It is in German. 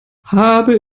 habe